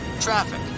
Traffic